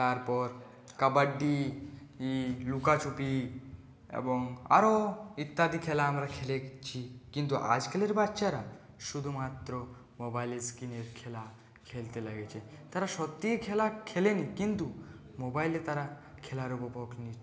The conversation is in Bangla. তারপর কবাড্ডি লুকাছুপি এবং আরও ইত্যাদি খেলা আমরা খেলেছি কিন্তু আজকালকার বাচ্চারা শুধুমাত্র মোবাইলের ইস্ক্রীনের খেলা খেলতে লেগেছে তারা সত্যি খেলা খেলেনি কিন্তু মোবাইলে তারা খেলার উপভোগ নিচ্ছে